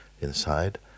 inside